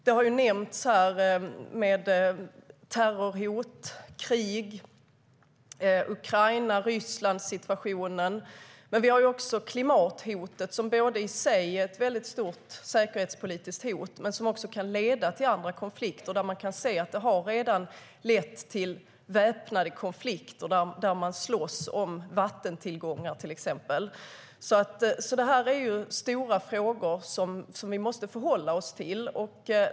Här har nämnts terrorhot, krig och Ukraina-Ryssland-situationen. Men vi har också klimathotet, som i sig är ett stort säkerhetspolitiskt hot men som också kan leda till andra konflikter. Man kan se att det redan har lett till väpnade konflikter där man slåss om vattentillgångar, till exempel. Det här är stora frågor som vi måste förhålla oss till.